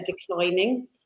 declining